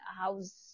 how's